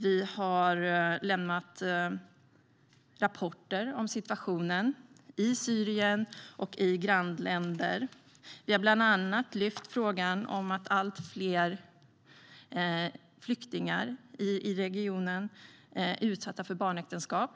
Vi har lämnat rapporter om situationen i Syrien och i grannländer. Vi har bland annat lyft fram frågorna om att allt fler flyktingar i regionen är utsatta för barnäktenskap,